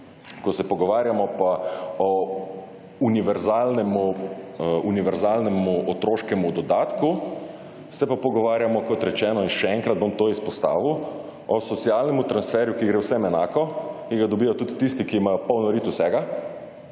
Ko se pogovarjamo pa o univerzalnem otroškem dodatku, se pa pogovarjamo, kot rečeno in še enkrat bom to izpostavil, o socialnem transferju, ki gre vsem enako, ki ga dobijo tudi tisti, ki imajo polno rit vsega,